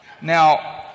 Now